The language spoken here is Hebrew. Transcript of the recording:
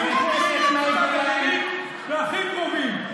יהיו קרובים לפצצה גרעינית והכי קרובים,